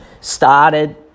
started